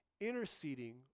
interceding